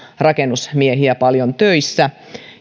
rakennusmiehiä paljon töissä